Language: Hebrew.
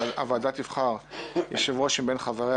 הוועדה תבחר יושב-ראש מבין חבריה,